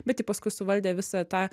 bet ji paskui suvaldė visą tą